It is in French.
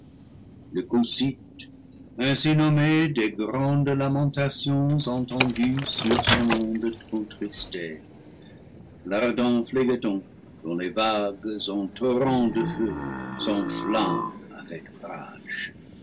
le cocyte ainsi nommé des grandes lamentations entendues sur son onde contristée l'ardent phlégethon dont les vagues en torrents de feu s'enflamment avec rage